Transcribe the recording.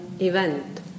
event